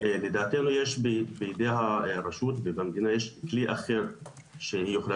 לדעתנו יש בידי הרשות ובמדינה יש כלי אחר שהיא יכולה